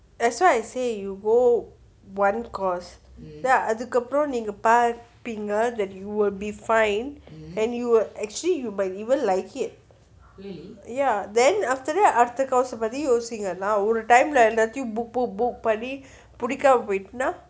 that's why I say you go one course then அதுக்கு அப்ரோ நீங்க பாப்பிங்க:athukku apro nenga papinga that you will find and you actually you even would like it ya then after that அடுத்த:adutha course பத்தி யோசிங்க ஒரு:pathi yosingge oru time leh எல்லாத்தயும் ஒரு:ellathayum oru book பண்ணி பிடிக்காம போயிட்டுனா:panni pidikkaama poittuna